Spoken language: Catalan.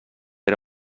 era